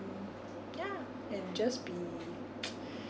ya and just be